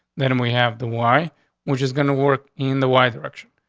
that and we have the why which is gonna work in the y direction.